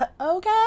Okay